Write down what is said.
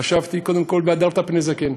חשבתי, קודם כול, והדרת פני זקן.